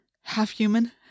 Half-human